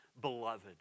beloved